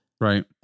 Right